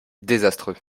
désastreux